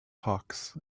hawks